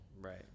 Right